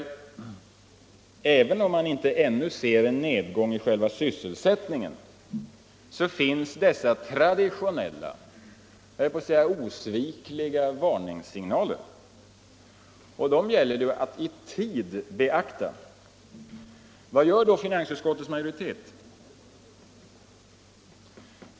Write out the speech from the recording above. Även om man ännu inte ser någon nedgång i själva sysselsättningen finns de traditionella och jag höll på att säga osvikliga varningssignalerna. Dem gäller det att i tid beakta. Vad gör då finansutskottets majoritet?